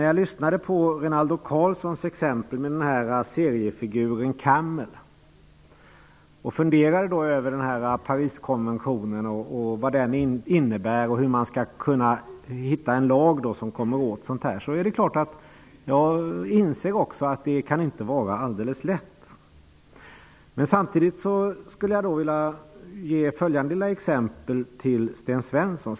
Jag lyssnade på Rinaldo Karlsson som exemplifierade med seriefiguren Camel, och jag funderade över Pariskonventionen -- över vad den innebär och hur man skall hitta fram till en lag för att komma åt sådana här saker. Det är klart att också jag inser att det inte kan vara helt lätt. Jag skulle vilja ta följande exempel, Sten Svensson.